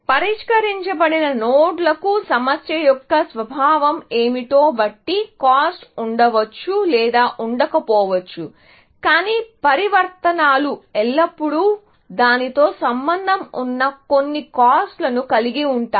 పరిష్కరించబడిన నోడ్లకు సమస్య యొక్క స్వభావం ఏమిటో బట్టి కాస్ట్ ఉండవచ్చు లేదా ఉండకపోవచ్చు కానీ పరివర్తనాలు ఎల్లప్పుడూ దానితో సంబంధం ఉన్న కొన్ని కాస్ట్ లను కలిగి ఉంటాయి